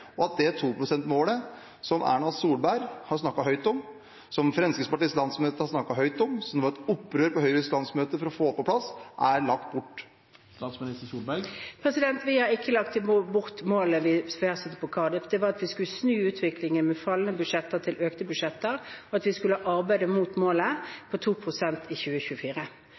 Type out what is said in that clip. og at det 2-prosentmålet som Erna Solberg har snakket høyt om, som Fremskrittspartiets landsmøte har snakket høyt om, og som det var et opprør på Høyres landsmøte for å få på plass, er lagt bort? Vi har ikke lagt bort målet vi satte oss i Cardiff. Det var at vi skulle snu utviklingen med fallende budsjetter til økende budsjetter, og at vi skulle arbeide mot målet på 2 pst. i 2024.